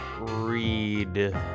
read